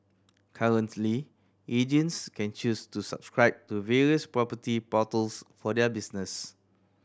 currently agents can choose to subscribe to various property portals for their business